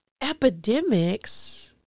epidemics